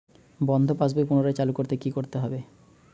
বন্ধ পাশ বই পুনরায় চালু করতে কি করতে হবে?